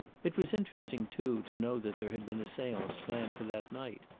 it was interesting, too, to know that there had been a seance planned for that night!